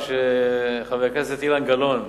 מה שחבר הכנסת אילן גילאון,